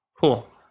Cool